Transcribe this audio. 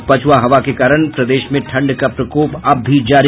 और पछुआ हवा के कारण प्रदेश में ठंड का प्रकोप अब भी जारी